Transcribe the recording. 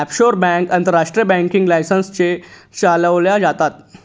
offshore bank आंतरराष्ट्रीय banking licence ने चालवल्या जातात